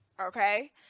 Okay